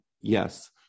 yes